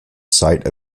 site